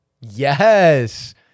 Yes